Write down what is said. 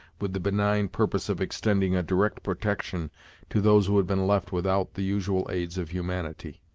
with the benign purpose of extending a direct protection to those who had been left without the usual aids of humanity.